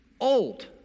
old